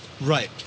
Right